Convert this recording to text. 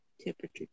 temperature